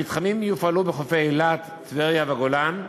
המתחמים יופעלו בחופי אילת, טבריה והגולן,